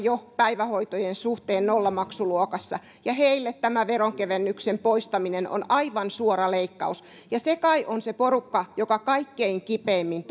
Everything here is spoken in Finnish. päivähoitojen suhteen nollamaksuluokassa ja heille tämä veronkevennyksen poistaminen on aivan suora leikkaus ja se kai on se porukka joka kaikkein kipeimmin